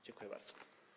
Dziękuję bardzo.